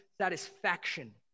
satisfaction